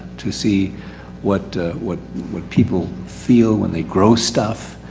to see what, what, what people feel when they grow stuff.